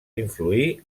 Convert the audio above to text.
influir